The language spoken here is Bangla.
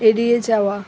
এড়িয়ে যাওয়া